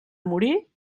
morir